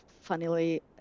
funnily